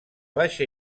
baixa